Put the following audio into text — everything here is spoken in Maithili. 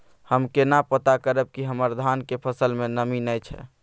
हम केना पता करब की हमर धान के फसल में नमी नय छै?